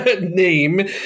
name